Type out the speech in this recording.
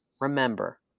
Remember